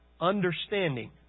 Understanding